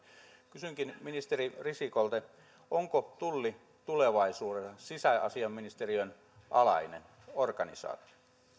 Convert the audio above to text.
kysynkin ministeri risikolta onko tulli tulevaisuudessa sisäasiainministeriön alainen organisaatio